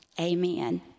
Amen